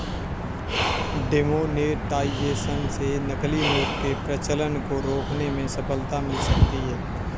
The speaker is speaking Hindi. डिमोनेटाइजेशन से नकली नोट के प्रचलन को रोकने में सफलता मिल सकती है